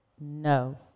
No